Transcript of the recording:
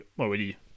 already